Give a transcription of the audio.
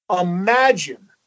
Imagine